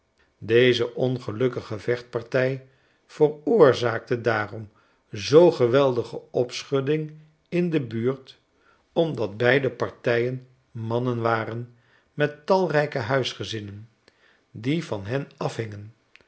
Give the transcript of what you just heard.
e ongelukkige vechtpartij veroorzaakte daarom zoo geweldige opschudding in de buurt omdat beide partijen mannen waren met talrijke huisgezinnen die van hen